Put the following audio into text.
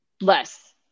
Less